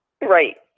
Right